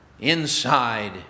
Inside